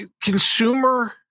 Consumer